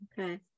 Okay